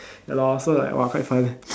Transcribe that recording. ya lor so like quite fun